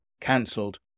cancelled